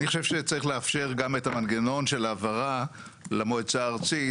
אני חושב שצריך לאפשר גם את המנגנון של העברה למועצה הארצית,